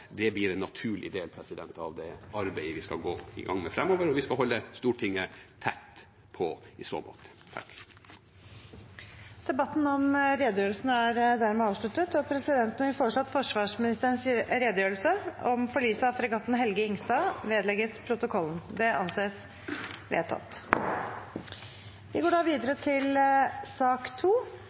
gang med framover, og vi skal holde Stortinget tett på i så måte. Debatten om redegjørelsen er dermed avsluttet. Presidenten vil foreslå at forsvarsministerens redegjørelse om forliset av fregatten KNM «Helge Ingstad» vedlegges protokollen. – Det anses vedtatt. Etter ønske fra utenriks- og forsvarskomiteen vil presidenten foreslå at taletiden blir begrenset til